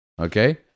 Okay